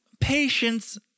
Patience